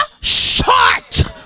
short